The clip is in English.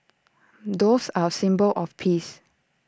doves are A symbol of peace